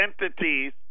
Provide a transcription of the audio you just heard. entities